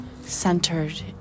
centered